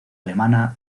alemana